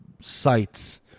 sites